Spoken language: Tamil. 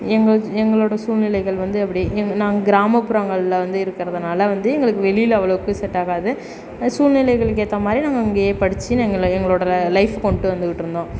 எங்கள் எங்களோட சூழ்நிலைகள் வந்து அப்படி இன் நாங்க கிராமப்புறங்களில் வந்து இருக்கிறதுனால வந்து எங்களுக்கு வெளியில் அவ்வளோவுக்கு செட்டாகாது சூழ்நிலைகளுக்கு ஏற்ற மாதிரி நாங்கள் இங்கையே படித்து நீ எங்களை எங்களோடய ல லைஃப் கொண்டு வந்துக்கிட்டுருந்தோம்